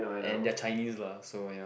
and they're Chinese lah so ya